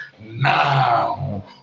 now